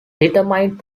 determined